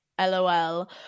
LOL